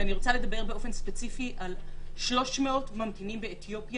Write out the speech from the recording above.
אני רוצה לדבר באופן ספציפי על 300 יהודי אתיופיה